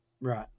Right